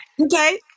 okay